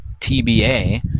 TBA